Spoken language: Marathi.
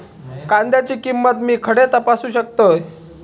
कांद्याची किंमत मी खडे तपासू शकतय?